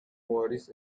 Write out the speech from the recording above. morris